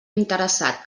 interessat